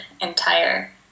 entire